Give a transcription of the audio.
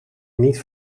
niet